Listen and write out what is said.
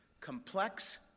complex